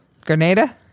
Grenada